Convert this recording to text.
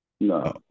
no